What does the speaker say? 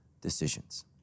decisions